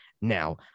now